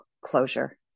closure